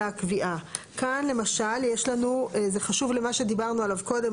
הקביעה"; חשוב לי מה שדיברנו עליו קודם,